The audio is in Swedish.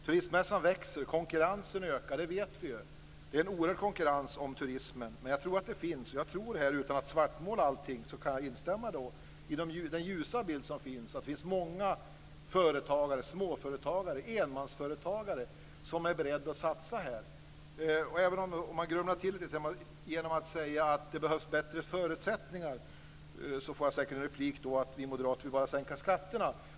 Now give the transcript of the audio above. Turistmässan växer, och konkurrensen ökar. Det vet vi ju. Det är en oerhörd konkurrens om turismen. Jag kan instämma i den ljusa bild som finns om att det finns många småföretagare, enmansföretagare, som är beredda att satsa här. Om jag grumlar till det lite genom att säga att det behövs bättre förutsättningar får jag säkert en replik om att vi moderater bara vill sänka skatterna.